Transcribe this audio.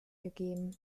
gegeben